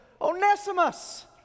Onesimus